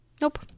Nope